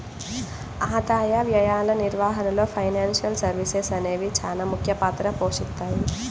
ఆదాయ వ్యయాల నిర్వహణలో ఫైనాన్షియల్ సర్వీసెస్ అనేవి చానా ముఖ్య పాత్ర పోషిత్తాయి